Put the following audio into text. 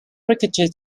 cricketer